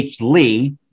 Lee